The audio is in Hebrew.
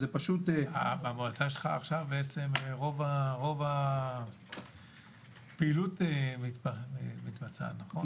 במועצה שלך עכשיו בעצם רוב הפעילות מתבצעת, נכון?